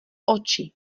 oči